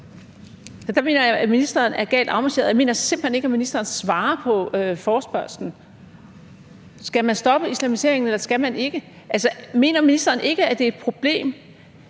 der mener jeg, at ministeren er galt afmarcheret, og jeg mener simpelt hen ikke, at ministeren svarer på forespørgslen. Skal man stoppe islamiseringen, eller skal man ikke? Mener ministeren ikke, at det er et problem,